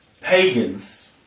pagans